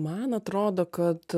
man atrodo kad